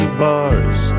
bars